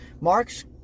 Mark's